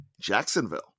Jacksonville